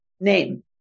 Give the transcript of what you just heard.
name